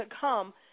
come